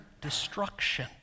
destruction